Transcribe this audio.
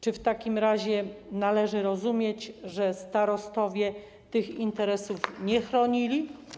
Czy w takim razie należy rozumieć, że starostowie tych interesów nie chronili?